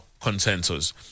consensus